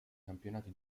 campionati